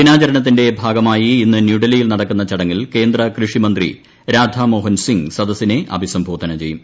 ദിനാചരണത്തിന്റ ഭാഗമായി ഇന്ന് ന്യൂഡൽഹിയിൽ നടക്കുന്ന ചടങ്ങിൽ കേന്ദ്ര കൃഷി മന്ത്രി രാധാ മോഹൻ സിംങ് സദസ്സിനെ അഭിസംബോധന ചെയ്യും